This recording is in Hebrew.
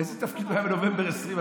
באיזה תפקיד הוא היה בנובמבר 2020?